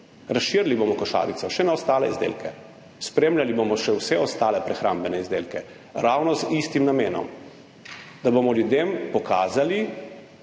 Razširili bomo košarico še na ostale izdelke. Spremljali bomo še vse ostale prehrambne izdelke, in to z istim namenom, da bomo ljudem na eni